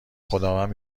خداوند